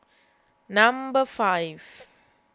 number five